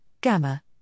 gamma